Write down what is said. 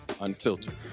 unfiltered